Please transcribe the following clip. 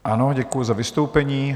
Ano, děkuji za vystoupení.